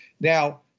Now